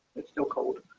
it's still cold.